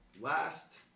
last